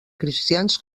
cristians